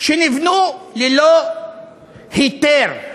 שנבנו ללא היתר,